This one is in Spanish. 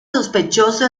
sospechoso